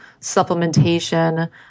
supplementation